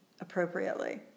appropriately